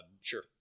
Sure